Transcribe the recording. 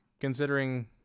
Considering